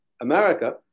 America